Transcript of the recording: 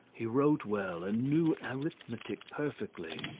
he wrote well, and knew arithmetic perfectly.